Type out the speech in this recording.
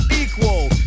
equal